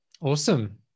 Awesome